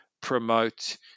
promote